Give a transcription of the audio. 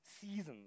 seasons